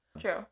True